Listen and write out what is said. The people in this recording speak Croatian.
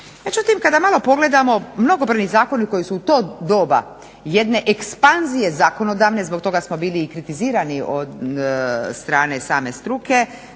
Međutim kada malo pogledamo, mnogobrojni zakoni koji su u to doba jedne ekspanzije zakonodavne, zbog toga smo bili i kritizirani od strane same struke,